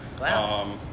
Wow